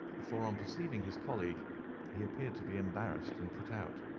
for on perceiving his colleague he appeared to be embarrassed and put out.